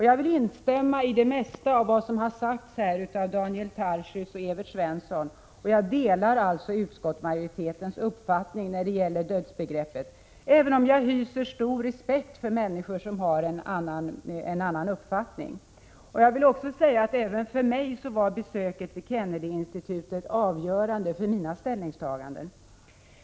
Jag vill instämma i de mesta som har sagts av Daniel Tarschys och Evert Svensson, och jag delar således utskottsmajoritetens uppfattning när det gäller dödsbegreppet även om jag hyser stor respekt för människor som har en annan uppfattning. Jag vill också säga, att besöket vid Kennedy-institutet var avgörande även för mina ställningstaganden.